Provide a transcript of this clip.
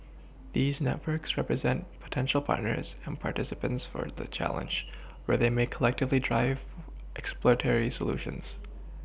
these networks represent potential partners and participants for the challenge where they may collectively drive exploratory solutions